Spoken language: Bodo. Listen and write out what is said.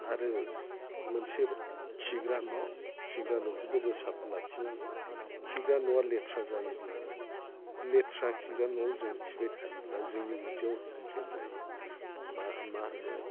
आरो मोनसे खिग्रा न' खिग्रा न'खौबो जों साफा लाखिनांगौ खिग्रा न'आ लेथ्रा जायोब्ला लेथ्रा खिग्रा न'आव जों खिबाय थायोब्ला जोंनि उदैयाव कमप्लेन जायो मा मा होनो